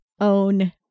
own